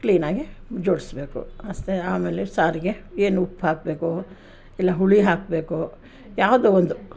ಕ್ಲೀನಾಗೆ ಜೋಡಿಸಬೇಕು ಅಷ್ಟೆ ಆಮೇಲೆ ಸಾರಿಗೆ ಏನು ಉಪ್ಪು ಹಾಕಬೇಕು ಇಲ್ಲ ಹುಳಿ ಹಾಕಬೇಕು ಯಾವುದೋ ಒಂದು